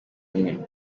umwe